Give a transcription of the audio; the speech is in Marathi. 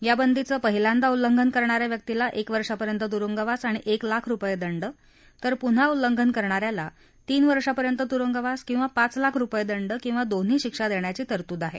या बंदीचं पहिल्यांदा उल्लंघन करणा या व्यक्तीला एक वर्षापर्यंत तुरुंगवास अणि एक लाख रुपये दंड तर पुन्हा उल्लंघन करणा याला तीन वर्षापर्यंत तुरुंगवास किंवा पाच लाख रुपये दंड किंवा दोन्ही शिक्षा देण्याची तरतूद आहे